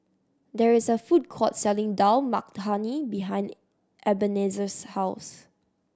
there is a food court selling Dal Makhani behind Ebenezer's house